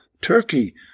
Turkey